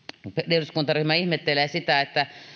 eduskuntaryhmä ihmettelee sitä että